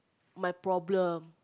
my problem